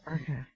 Okay